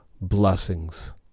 Blessings